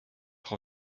frau